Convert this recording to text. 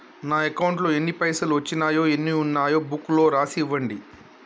నా అకౌంట్లో ఎన్ని పైసలు వచ్చినాయో ఎన్ని ఉన్నాయో బుక్ లో రాసి ఇవ్వండి?